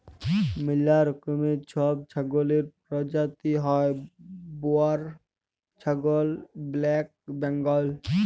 ম্যালা রকমের ছব ছাগলের পরজাতি হ্যয় বোয়ার ছাগল, ব্যালেক বেঙ্গল